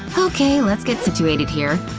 okay, let's get situated here.